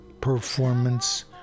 performance